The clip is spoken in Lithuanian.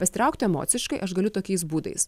pasitraukti emociškai aš galiu tokiais būdais